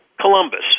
Columbus